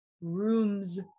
rooms